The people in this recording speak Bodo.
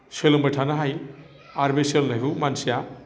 सोलोंबाय थानो हायो आरो बे सोलोंनायखौ मानसिया